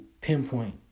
Pinpoint